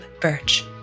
Birch